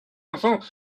enfants